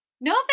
no